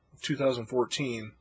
2014